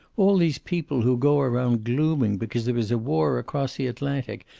all these people who go around glooming because there is a war across the atlantic!